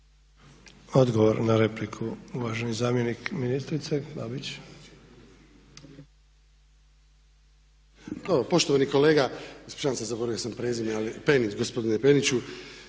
Odgovor na repliku uvaženi zamjenik ministrice. **Babić,